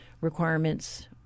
requirements